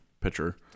pitcher